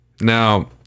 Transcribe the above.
Now